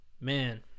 man